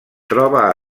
troba